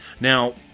Now